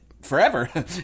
Forever